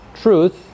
truth